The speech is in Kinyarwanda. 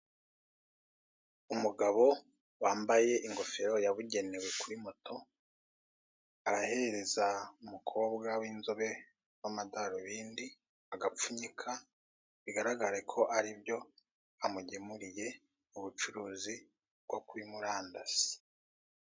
Umugabo wambaye ingofero yabugenewe kuri moto, arahereza umukobwa w'inzobe w'amadorobindi agapfunyika, bigaragara ko ari byo amugemuriye mu bucuruzi bwo kuri murandasi.